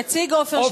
יציג, עפר שלח.